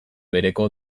bereko